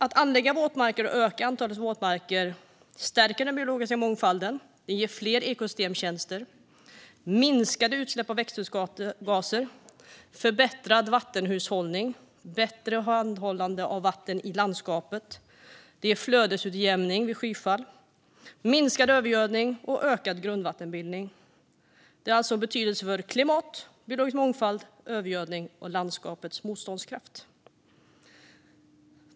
Att anlägga våtmarker och öka antalet våtmarker stärker den biologiska mångfalden samt ger fler ekosystemtjänster, minskade utsläpp av växthusgaser, förbättrad vattenhushållning, bättre handhållande av vatten i landskapet, flödesutjämning vid skyfall, minskad övergödning och ökad grundvattenbildning. Det har alltså betydelse för klimat, biologisk mångfald, övergödning och landskapets motståndskraft.